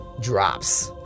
drops